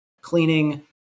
cleaning